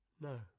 No